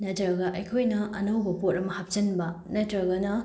ꯅꯠꯇ꯭ꯔꯒ ꯑꯩꯈꯣꯏꯅ ꯑꯅꯧꯕ ꯄꯣꯠ ꯑꯃ ꯍꯥꯞꯆꯤꯟꯕ ꯅꯠꯇ꯭ꯔꯒꯅ